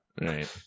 Right